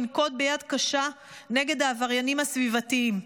לנקוט ביד קשה נגד העבריינים הסביבתיים,